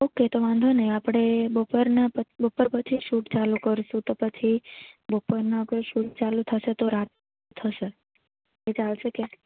okay તો વાંધો નહીં આપણે બપોરના બપોર પછી શૂટ ચાલુ કરશું તો પછી બપોરના અગર શૂટ ચાલુ થશે તો રાત થશે એ ચાલશે કે